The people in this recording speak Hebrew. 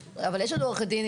אבל יש לנו עורכת דין,